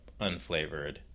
unflavored